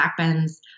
backbends